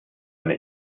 eine